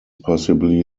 possibly